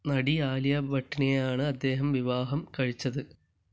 നടി ആലിയ ഭട്ടിനെയാണ് അദ്ദേഹം വിവാഹം കഴിച്ചത്